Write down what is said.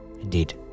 Indeed